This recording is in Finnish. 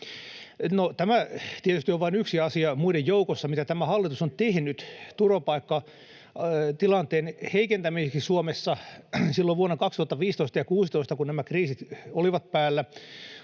tämä tietysti on vain yksi asia muiden joukossa, mitä tämä hallitus on tehnyt turvapaikkatilanteen heikentämiseksi Suomessa. Silloin vuonna 2015 ja 2016, kun nämä kriisit olivat päällä,